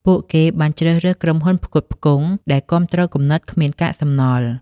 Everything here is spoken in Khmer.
ពួកគេបានជ្រើសរើសក្រុមហ៊ុនផ្គត់ផ្គង់ដែលគាំទ្រគំនិតគ្មានកាកសំណល់។